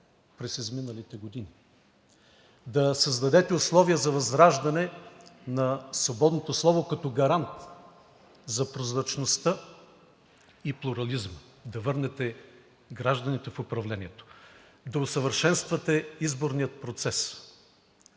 през изминалите години; да създадете условия за възраждане на свободното слово като гарант за прозрачността и плурализма; да върнете гражданите в управлението; да усъвършенствате изборния процес.